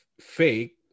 fake